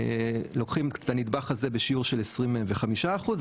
לוקחים את הנדבך הזה בשיעור של 25% אחוז,